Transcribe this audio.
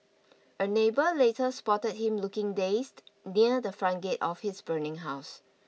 a neighbour later spotted him looking dazed near the front gate of his burning house